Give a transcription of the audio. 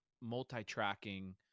multi-tracking